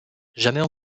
jamais